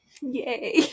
yay